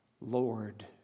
Lord